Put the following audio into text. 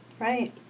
Right